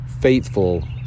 faithful